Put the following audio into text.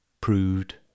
proved